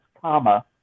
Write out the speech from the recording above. comma